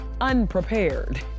unprepared